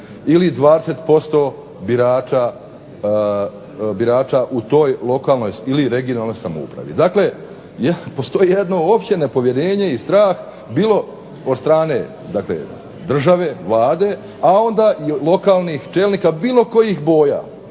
ili 20% birača u toj lokalnoj ili regionalnoj samoupravi. Dakle, postoji jedno opće nepovjerenje i strah bilo od strane države, Vlade, a onda i lokalnih čelnika bilo kojih boja